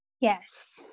Yes